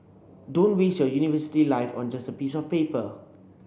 don't waste your university life on just a piece of paper